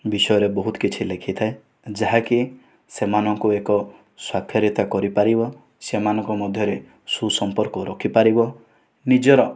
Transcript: ବିଷୟରେ ବହୁତ କିଛି ଲେଖିଥାଏ ଯାହାକି ସେମାନଙ୍କୁ ଏକ ସ୍ଵାକ୍ଷରତା କରିପାରିବ ସେମାନଙ୍କୁ ମଧ୍ୟରେ ସୁସମ୍ପର୍କ ରଖିପାରିବ ନିଜର